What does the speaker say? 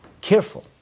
careful